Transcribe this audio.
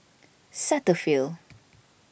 Cetaphil